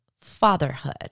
fatherhood